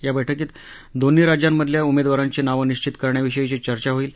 या बैठकीत दोन्ही राज्यांमधल्या उमेदवारांची नावं निबित करण्याविषयीची चर्चा होईल